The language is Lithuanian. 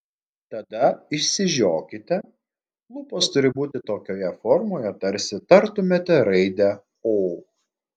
tada išsižiokite lūpos turi būti tokioje formoje tarsi tartumėte raidę o